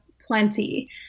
plenty